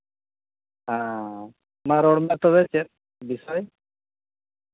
ᱦᱮᱸ ᱢᱟ ᱨᱚᱲᱢᱮ ᱛᱚᱵᱮ ᱪᱮᱫ ᱵᱤᱥᱚᱭ